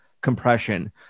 compression